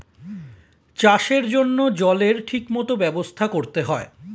চাষের জন্য জলের ঠিক মত ব্যবস্থা করতে হয়